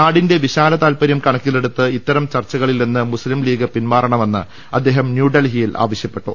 നാടിന്റെ വിശാല താൽപര്യം കണക്കിലെടുത്ത് ഇത്തരം ചർച്ചകളിൽനിന്ന് മുസ്ലീം ലീഗ് പിന്മാറണ മെന്ന് അദ്ദേഹം ന്യൂഡൽഹിയിൽ ആവശ്യപ്പെട്ടു